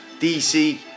DC